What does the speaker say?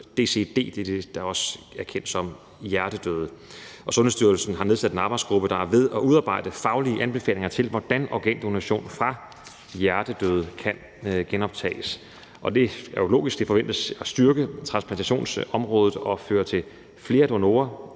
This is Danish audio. det er det, der også er kendt som hjertedød – og Sundhedsstyrelsen har nedsat en arbejdsgruppe, der er ved at udarbejde faglige anbefalinger til, hvordan organdonation fra hjertedøde kan genoptages. Det er jo logisk, at det forventes at styrke transplantationsområdet og føre til flere donorer,